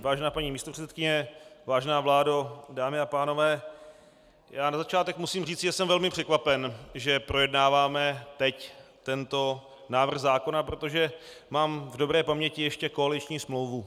Vážená paní místopředsedkyně, vážená vládo, dámy a pánové, na začátek musím říci, že jsem velmi překvapen, že projednáváme teď tento návrh zákona, protože mám v dobré paměti ještě koaliční smlouvu.